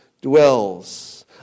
dwells